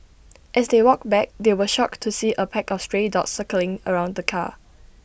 as they walked back they were shocked to see A pack of stray dogs circling around the car